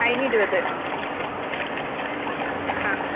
അതിന് ഇരുപത് ആ